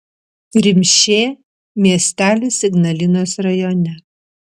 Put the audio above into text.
rimšė miestelis ignalinos rajone